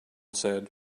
said